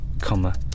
comma